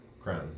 Crown